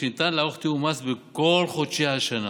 היא שניתן לערוך תיאום מס בכל חודשי השנה,